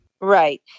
right